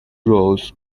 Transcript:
roles